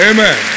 Amen